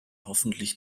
hoffentlich